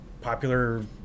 popular